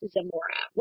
Zamora